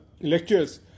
lectures